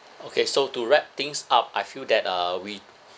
okay so to wrap things up I feel that uh we